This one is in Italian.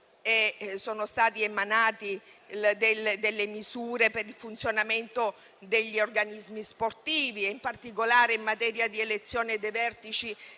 Sono state emanate misure per il funzionamento degli organismi sportivi, in particolare in materia di elezione dei vertici